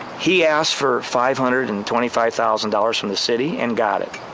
he asked for five hundred and twenty five thousand dollars from the city and got it.